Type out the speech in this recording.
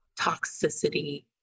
toxicity